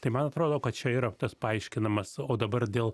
tai man atrodo kad čia yra tas paaiškinamas o dabar dėl